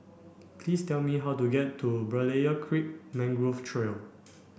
please tell me how to get to Berlayer Creek Mangrove Trail